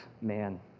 man